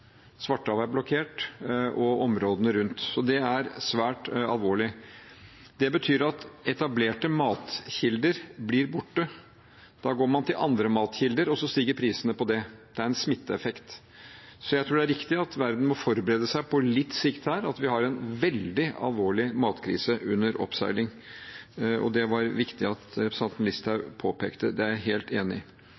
og områdene rundt er blokkert. Det er svært alvorlig. Det betyr at etablerte matkilder blir borte. Da går man til andre matkilder, og så stiger prisene på dem. Det er en smitteeffekt. Jeg tror det er riktig at verden må forberede seg litt på sikt her på at vi har en veldig alvorlig matkrise under oppseiling. Det var det viktig at representanten Listhaug